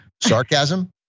sarcasm